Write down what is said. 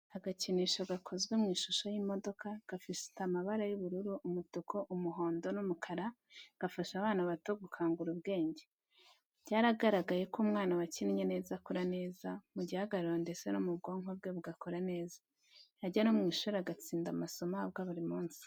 Agakinisho gakozwe mu ishusho y'imodoka gafite amabari y'ubururu, umutuku, umuhondo n'umukara gafasha abana bato gukangura ubwenge. Byaragaragaye ko umwana wakinnye neza akura neza mu gihagararo ndetse n'ubwonko bwe bugakora neza, yajya no mu ishuri agatsinda amasomo ahabwa buri munsi.